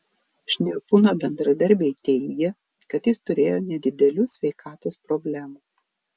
šnirpūno bendradarbiai teigė kad jis turėjo nedidelių sveikatos problemų